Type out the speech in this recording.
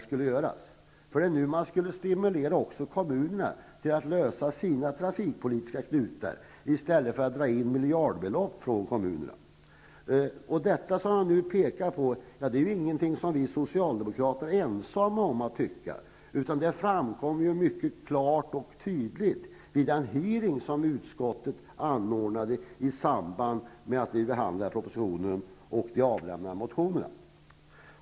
Nu skulle man kunna stimulera kommunerna att lösa sina trafikpolitiska knutar i stället för att dra in miljardbelopp från kommunerna. Detta som jag nu pekar på är inget som vi socialdemokrater är ensamma om att tycka. Det framkom mycket klart och tydligt vid en hearing som utskottet anordnade i samband med att vi behandlade propositionen och avlämnade motioner.